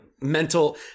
mental